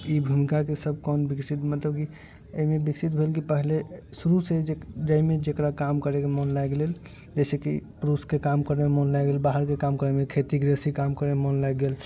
ई हुनकाके सब काम विकसित मतलब की विकसित भेल की पहिले शुरू से ही जे जाहिमे जेकरा काम करऽके मन लागि गेल जैसेकि पुरुषके काम करऽमे मन लागि गेल बाहरके काम करऽमे खेतीके जैसे काम करऽमे मन लागि गेल